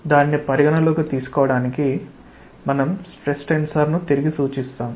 దానిని పరిగణనలోకి తీసుకోవడానికి మనం స్ట్రెస్ టెన్సర్ను తిరిగి సూచిస్తాము